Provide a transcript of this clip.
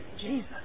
Jesus